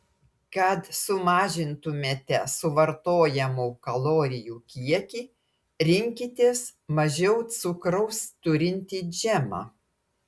kad sumažintumėte suvartojamų kalorijų kiekį rinkitės mažiau cukraus turintį džemą